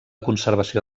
conservació